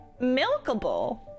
Milkable